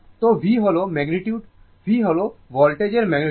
তো V হল magnitude V হল ভোল্টেজের ম্যাগনিটিউড